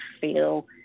feel